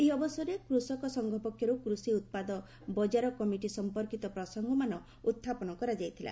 ଏହି ଅବସରରେ କୃଷକ ସଂଘ ପକ୍ଷରୁ କୃଷି ଉତ୍ପାଦ ବଜାର କମିଟି ଏପିଏମ୍ସି ସମ୍ପର୍କିତ ପ୍ରସଙ୍ଗମାନ ଉତ୍ଥାପନ କରାଯାଇଥିଲା